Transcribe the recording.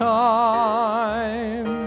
time